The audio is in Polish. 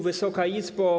Wysoka Izbo!